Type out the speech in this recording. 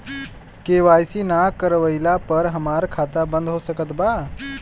KYC ना करवाइला पर हमार खाता बंद हो सकत बा का?